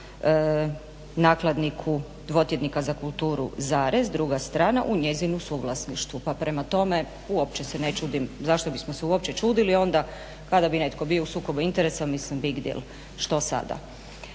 nakladniku dvotjednika za kulturu, u njezinu suvlasništvu. Pa prema tome uopće se ne čudim zašto bismo se uopće čudili onda kada bi netko bio u sukobu interesa, mislim big deal, što sada.